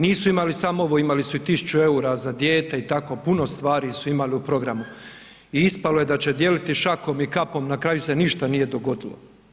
Nisu imali samo ovo, imali su i tisuću eura za dijete i tako puno stvari su imali u programu i ispalo je da će dijeliti šakom i kapom, na kraju se ništa nije dogodilo.